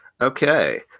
Okay